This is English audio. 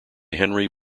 henry